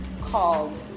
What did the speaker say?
called